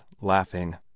laughing